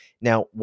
Now